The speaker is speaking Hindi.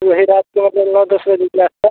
यही रात को मतलब नौ दस बजे के आस पास